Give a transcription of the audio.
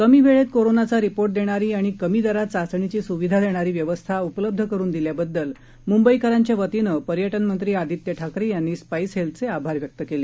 कमी वेळेत कोरोनाचा रिपोर्ट देणारी आणि कमी दरात चाचणीची सुविधा देणारी व्यवस्था उपलब्ध करून दिल्याबद्दल मुंबईकरांच्या वतीनं पर्यटन मंत्री आदित्य ठाकरे यांनी स्पाईस हेल्थचे आभार व्यक्त केले